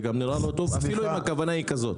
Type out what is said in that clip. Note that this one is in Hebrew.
זה גם נראה לא טוב, אפילו אם הכוונה היא כזו.